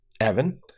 Evan